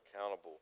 accountable